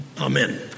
Amen